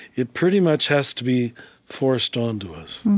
it pretty much has to be forced onto us